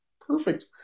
Perfect